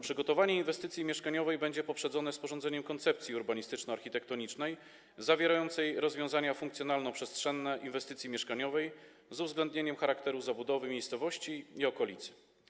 Przygotowanie inwestycji mieszkaniowej będzie poprzedzone sporządzeniem koncepcji urbanistyczno-architektonicznej, zawierającej rozwiązania funkcjonalno-przestrzenne inwestycji mieszkaniowej, z uwzględnieniem charakteru zabudowy miejscowości i okolicy.